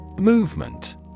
Movement